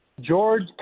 George